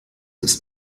ist